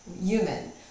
human